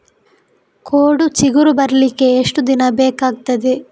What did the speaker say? ಕೋಡು ಚಿಗುರು ಬರ್ಲಿಕ್ಕೆ ಎಷ್ಟು ದಿನ ಬೇಕಗ್ತಾದೆ?